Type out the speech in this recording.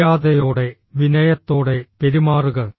മര്യാദയോടെ വിനയത്തോടെ പെരുമാറുക